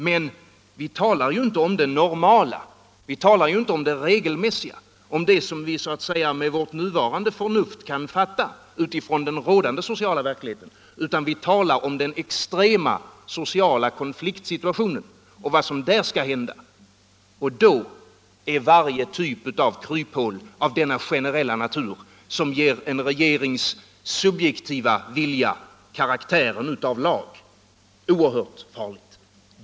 Men vi talar ju inte om det normala, inte om det regelmässiga, om det som vi så att säga med vårt nuvarande förnuft kan fatta utifrån den rådande sociala verkligheten, utan vi talar om den extrema sociala konfliktsituationen och vad som kan hända där. Då är varje typ av kryphål av den generella natur, som ger en regerings subjektiva vilja karaktären av lag, oerhört farlig.